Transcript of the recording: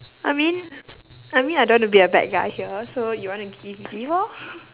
I mean I mean I don't want to be a bad guy here so you want to give give lor